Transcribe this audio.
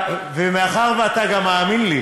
ומאחר שאתה גם מאמין לי,